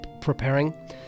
preparing